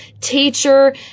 teacher